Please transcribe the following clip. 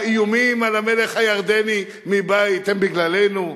האיומים מבית על המלך הירדני הם בגללנו?